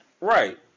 Right